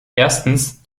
erstens